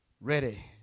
ready